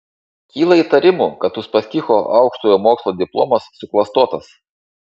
kyla įtarimų kad uspaskicho aukštojo mokslo diplomas suklastotas